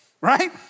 right